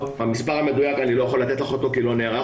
אני לא יכול לתת לך את המספר המדויק כי לא נערכתי.